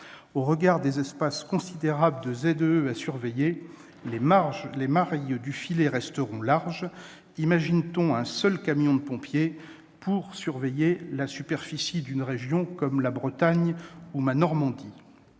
Au regard des espaces considérables de ZEE à surveiller, les mailles du filet resteront larges. Imagine-t-on un seul camion de pompiers pour couvrir la superficie d'une région comme la Bretagne ou ma Normandie ?